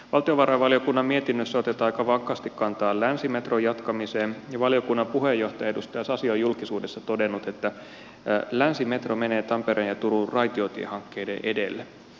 valtiovarainvaliokunnan mietinnössä otetaan aika vankasti kantaa länsimetron jatkamiseen ja valiokunnan puheenjohtaja edustaja sasi on julkisuudessa todennut että länsimetro menee tampereen ja turun raitiotiehankkeiden edelle